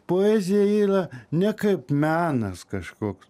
poezija yra ne kaip menas kažkoks